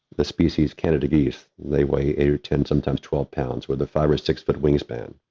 the species canada geese, they weigh eight or ten, sometimes twelve pounds, or the five or six-foot wingspan.